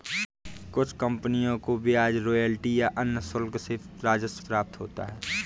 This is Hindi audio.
कुछ कंपनियों को ब्याज रॉयल्टी या अन्य शुल्क से राजस्व प्राप्त होता है